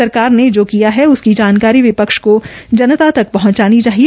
सरकार ने जो किया है उसकी जानकारी विपक्ष को जनता तक पहंचानी चाहिए